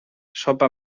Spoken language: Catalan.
sopa